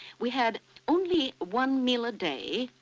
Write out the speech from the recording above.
we had only one meal a day,